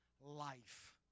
life